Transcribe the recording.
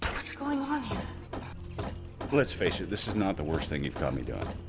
what's going on let's face it. this is not the worst thing you've caught me doing.